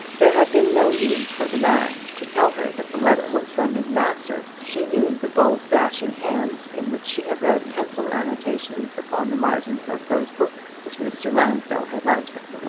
there had been no need for the man to tell her that the letter was from his master. she knew the bold dashing hand, in which she had read pencil annotations upon the margins of those books which mr. lansdell had lent her.